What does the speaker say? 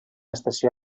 estació